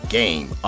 game